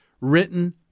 written